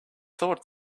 thought